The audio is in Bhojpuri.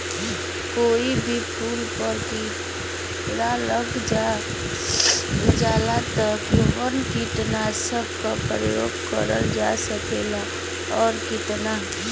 कोई भी फूल पर कीड़ा लग जाला त कवन कीटनाशक क प्रयोग करल जा सकेला और कितना?